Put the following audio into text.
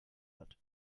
hat